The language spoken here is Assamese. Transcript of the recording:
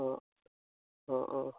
অঁ অঁ অঁ